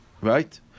Right